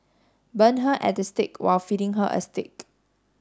burn her at the stake while feeding her a steak